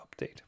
update